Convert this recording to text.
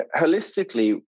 Holistically